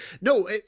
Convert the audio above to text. No